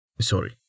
Sorry